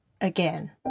again